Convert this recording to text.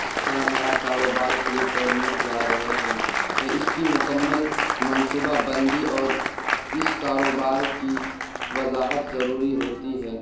سا نیا کاروبار شروع کرنے جا رہے ہیں اس کی مکمل منصوبہ بندی اور اس کاروبار کی وضاحت ضروری ہوتی ہے